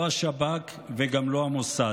לא השב"כ וגם לא המוסד".